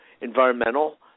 environmental